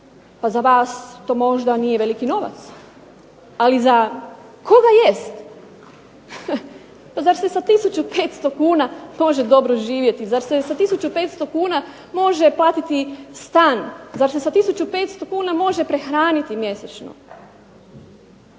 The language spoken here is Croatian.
pa za vas to možda nije veliki novac ali za koga jest. Pa zar se sa 1500 kuna može dobro živjeti? Zar se sa 1500 kn može platiti stan? Zar se sa 1500 kn može prehraniti mjesečno?